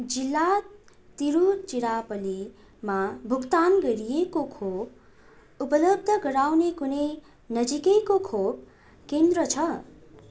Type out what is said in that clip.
जिल्ला तिरुचिरापल्लीमा भुक्तान गरिएको खोप उपलब्ध गराउने कुनै नजिकैको खोप केन्द्र छ